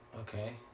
Okay